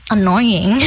Annoying